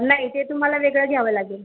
नाही ते तुम्हाला वेगळं घ्यावं लागेल